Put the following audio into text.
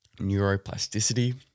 neuroplasticity